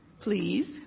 please